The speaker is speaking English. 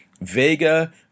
Vega